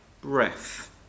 breath